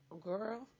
Girl